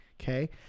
Okay